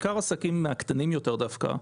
בעיקר העסקים הקטנים יותר דווקא,